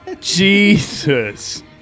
Jesus